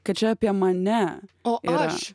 kad čia apie mane o aš